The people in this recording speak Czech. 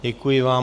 Děkuji vám.